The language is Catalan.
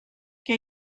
què